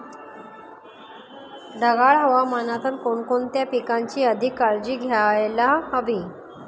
ढगाळ हवामानात कोणकोणत्या पिकांची अधिक काळजी घ्यायला हवी?